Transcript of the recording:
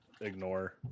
Ignore